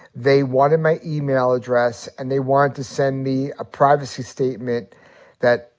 they wanted my email address. and they wanted to send me a privacy statement that,